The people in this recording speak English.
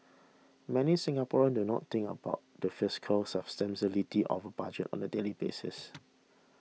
many Singaporeans do not think about the fiscal of budget on a daily basis